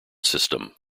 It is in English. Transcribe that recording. system